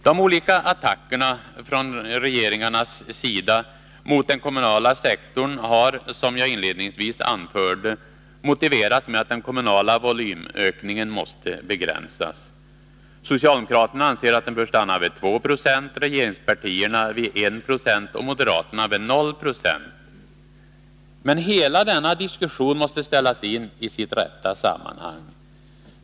De olika attackerna från de borgerliga regeringarna mot den kommunala sektorn har, som jag inledningsvis anförde, motiverats med att den kommunala volymökningen måste begränsas. Socialdemokraterna anser att den bör stanna vid 2 96, regeringspartierna vid 1 96 och moderaterna vid 0970. Men hela denna diskussion måste sättas in i sitt rätta sammanhang.